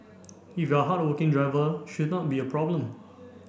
if you're a hardworking driver should not be a problem